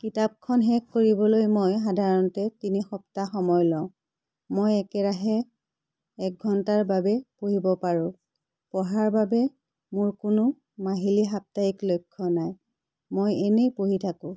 কিতাপখন শেষ কৰিবলৈ মই সাধাৰণতে তিনি সপ্তাহ সময় লওঁ মই একেৰাহে এক ঘণ্টাৰ বাবে পঢ়িব পাৰোঁ পঢ়াৰ বাবে মোৰ কোনো মাহিলী সাপ্তাহিক লক্ষ্য নাই মই এনেই পঢ়ি থাকোঁ